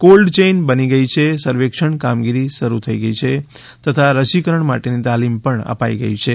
cold chain બની ગઇ છે સર્વેક્ષણ કામગીરી થઇ ગઇ છે તથા રસીકરણ માટેની તાલીમ પણ અપાઇ ગઇ છે